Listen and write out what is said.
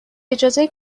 اجازه